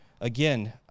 again